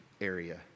area